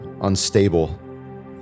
unstable